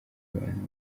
abantu